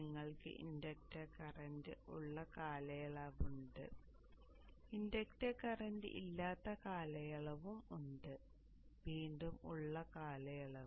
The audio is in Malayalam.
നിങ്ങൾക്ക് ഇൻഡക്ടർ കറന്റ് ഉള്ള ഒരു കാലയളവ് ഉണ്ട് ഇൻഡക്റ്റർ കറന്റ് ഇല്ലാത്ത കാലയളവും ഉണ്ട് വീണ്ടും ഉള്ള കാലയളവ്